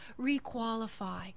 requalify